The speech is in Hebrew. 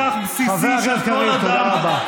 הכנסתם מדינה שלמה לחרדה.